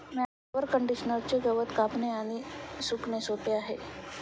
mower कंडिशनरचे गवत कापणे आणि सुकणे सोपे आहे